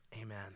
Amen